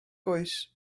oes